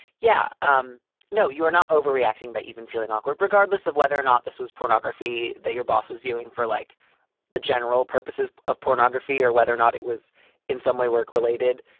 yeah, um no, you're not overreacting by even feeling awkward regardless of whether or not this was pornography that your boss was viewing for like the general purposes of pornography or whether or not it was in some way work related.